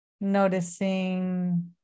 Noticing